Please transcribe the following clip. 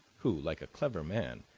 who, like a clever man,